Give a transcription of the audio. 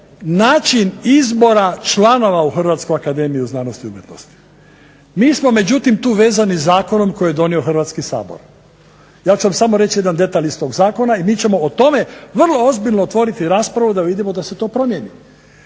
način izbora članova u Hrvatsku akademiju znanosti i umjetnosti. Mi smo međutim tu vezani zakonom koji je donio Hrvatski sabor. Ja ću vam samo reći jedan detalj iz tog zakona i mi ćemo o tome vrlo ozbiljno otvoriti raspravu da vidimo da se to promijeni.